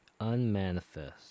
Unmanifest